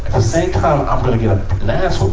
the same time i'm gonna get